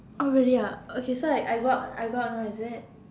oh really ah okay so I I go I go out now is it